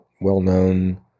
well-known